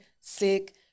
sick